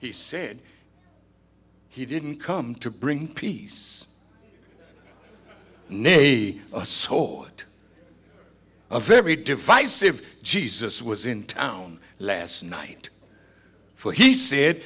he said he didn't come to bring peace knee a sort of very divisive jesus was in town last night for he said